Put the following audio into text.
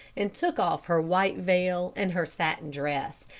and took off her white veil and her satin dress,